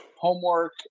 homework